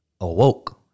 awoke